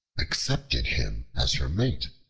accepted him as her mate.